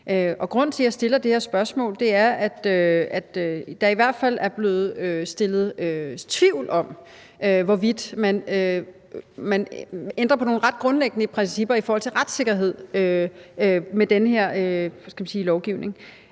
grunden til, at jeg stiller det her spørgsmål, er, at der i hvert fald er blevet sået tvivl om, hvorvidt man ændrer på nogle ret grundlæggende principper i forhold til retssikkerhed med den her lovgivning.